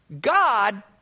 God